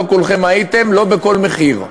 לא כולכם הייתם: לא בכל מחיר.